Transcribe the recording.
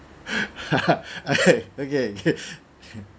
okay okay